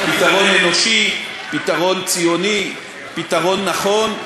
פתרון אנושי, פתרון ציוני, פתרון נכון.